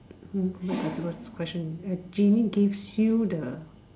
oh what does what's the question a genie gives you the